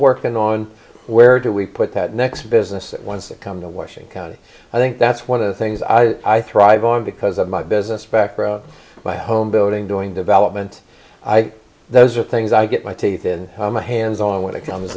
working on where do we put that next business at once that come the washing county i think that's one of the things i i thrive on because of my business background my home building doing development i think those are things i get my teeth in my hands on when it comes